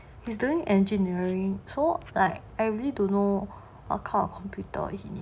he's doing engineering so like I really don't know what kind of computer he needs